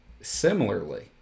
similarly